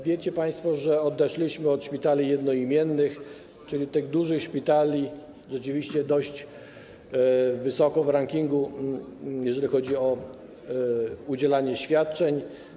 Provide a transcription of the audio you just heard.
Wiecie państwo, że odeszliśmy od szpitali jednoimiennych, czyli dużych szpitali, rzeczywiście dość wysoko w rankingu, jeżeli chodzi o udzielanie świadczeń.